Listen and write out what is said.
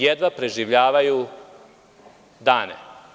Jedva preživljavaju dane.